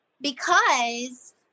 because-